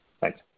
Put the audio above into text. Thanks